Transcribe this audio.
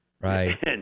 right